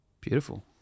Beautiful